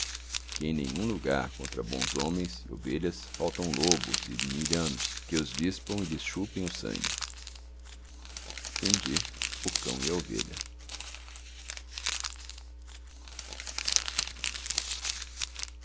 em nenhum lugar contra bons homens e ovelhas faltão lobos e milhanos que os dispão e lhes chupem o sangue o cão a